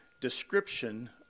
description